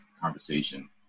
conversation